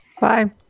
Bye